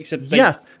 Yes